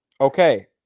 Okay